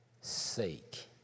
sake